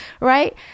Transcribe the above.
right